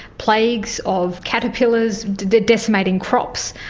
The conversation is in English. plagues of caterpillars decimating crops,